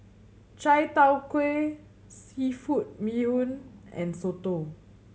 Chai Tow Kuay seafood bee hoon and soto